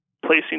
placing